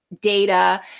data